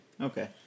Okay